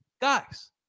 Guys